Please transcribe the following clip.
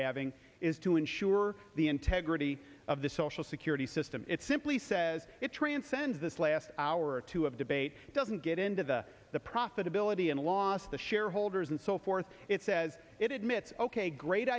having is to ensure the integrity of the social security system it simply says it transcends this last hour or two of debate doesn't get into the profitability and loss the shareholders and so forth it says it admits ok great